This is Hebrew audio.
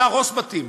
להרוס בתים.